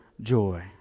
joy